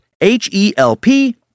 H-E-L-P